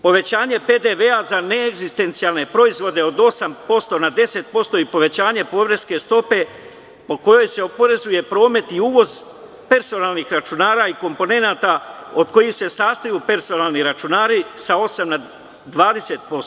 Povećanje PDV za neegzistencijalne proizvode sa 8% na 10% i povećanje poreske stope po kojoj se oporezuje promet i uvoz personalnih računara i komponenata od kojih se sastoje personalni računari sa 8% na 20%